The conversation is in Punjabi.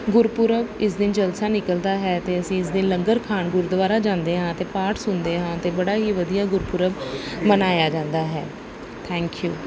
ਗੁਰਪੁਰਬ ਇਸ ਦਿਨ ਜਲਸਾ ਨਿਕਲਦਾ ਹੈ ਅਤੇ ਅਸੀਂ ਇਸ ਦਿਨ ਲੰਗਰ ਖਾਣ ਗੁਰਦੁਆਰਾ ਜਾਂਦੇ ਹਾਂ ਅਤੇ ਪਾਠ ਸੁਣਦੇ ਹਾਂ ਅਤੇ ਬੜਾ ਹੀ ਵਧੀਆ ਗੁਰਪੁਰਬ ਮਨਾਇਆ ਜਾਂਦਾ ਹੈ ਥੈਂਕ ਯੂ